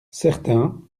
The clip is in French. certains